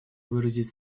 выразить